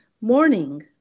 morning